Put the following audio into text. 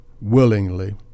willingly